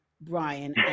Brian